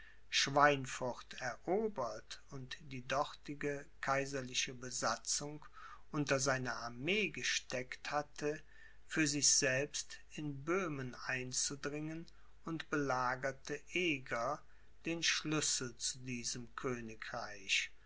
schweinfurt erobert und die dortige kaiserliche besatzung unter seine armee gesteckt hatte für sich selbst in böhmen einzudringen und belagerte eger den schlüssel zu diesem königreich